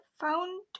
Found